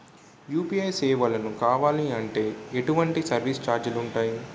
UPI సేవలను కావాలి అంటే ఎటువంటి సర్విస్ ఛార్జీలు ఉంటాయి?